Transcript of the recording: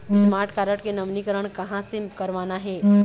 Smart card के नवीनीकरण कहां से करवाना हे?